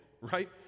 right